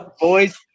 boys